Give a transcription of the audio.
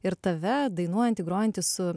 ir tave dainuojantį grojantį su